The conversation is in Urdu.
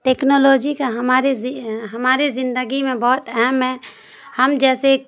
ٹیکنالوجی کا ہماری ہماری زندگی میں بہت اہم ہے ہم جیسے